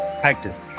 practice